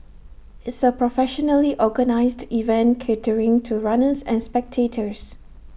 it's A professionally organised event catering to runners and spectators